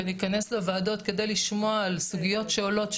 ואני אכנס לוועדות כדי לשמוע על סוגיות שעולות,